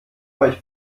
euch